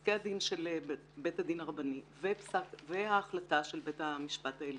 פסקי הדין של בית הדין הרבני והחלטה של בית המשפט העליון,